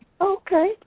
Okay